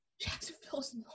Jacksonville's